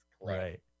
Right